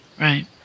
Right